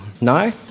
No